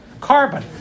carbon